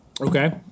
Okay